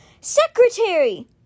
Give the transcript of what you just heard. Secretary